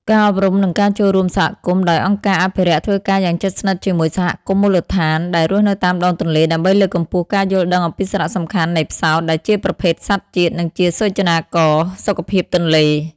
ការអប់រំ និងការចូលរួមសហគមន៍ដោយអង្គការអភិរក្សធ្វើការយ៉ាងជិតស្និទ្ធជាមួយសហគមន៍មូលដ្ឋានដែលរស់នៅតាមដងទន្លេ ដើម្បីលើកកម្ពស់ការយល់ដឹងអំពីសារៈសំខាន់នៃផ្សោត ដែលជាប្រភេទសត្វជាតិ និងជាសូចនាករសុខភាពទន្លេ។